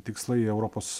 tikslai į europos